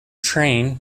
train